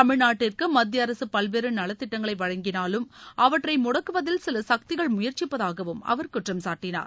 தமிழ்நாட்டிற்கு மத்திய அரசு பல்வேறு நலத்திட்டங்களை வழங்கினாலும் அவற்றை முடக்குவதில் சில சக்திகள் முயற்சிப்பதாகவும் அவர் குற்றம் சாட்டினார்